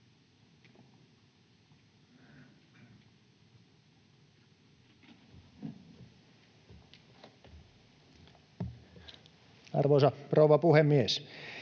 Arvoisa rouva puhemies!